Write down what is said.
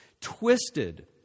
Twisted